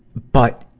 but,